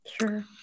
Sure